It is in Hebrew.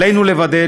עלינו לוודא,